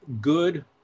good